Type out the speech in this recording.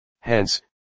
Hence